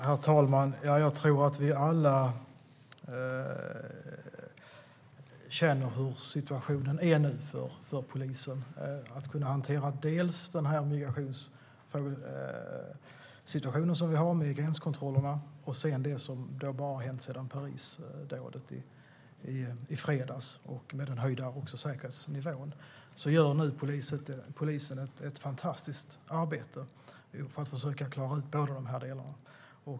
Herr talman! Jag tror att vi alla känner till hur situationen är nu för polisen. Det handlar om att kunna hantera migrationssituationen vi har med gränskontrollerna och sedan det som hänt sedan Parisdåden i fredags med den höjda säkerhetsnivån. Polisen gör nu ett fantastiskt arbete för att försöka klara ut båda dessa delar.